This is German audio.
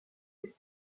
des